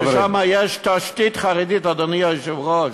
ששם יש תשתית חרדית, אדוני היושב-ראש.